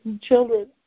children